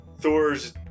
Thor's